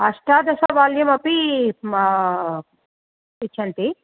अष्टादश वाल्यूम् अपी इच्छन्ति